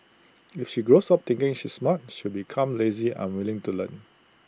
if she grows up thinking she's smart she'll become lazy unwilling to learn